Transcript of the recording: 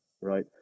right